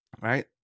right